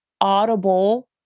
Audible